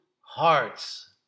hearts